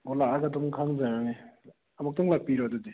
ꯑꯣ ꯂꯥꯛꯑꯒ ꯑꯗꯨꯝ ꯈꯪꯖꯔꯅꯤ ꯑꯃꯨꯛꯇꯪ ꯂꯥꯛꯄꯤꯔꯣ ꯑꯗꯨꯗꯤ